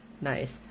nice